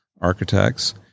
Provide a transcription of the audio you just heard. Architects